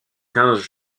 quinze